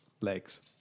legs